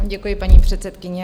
Děkuji, paní předsedkyně.